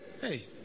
Hey